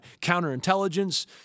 counterintelligence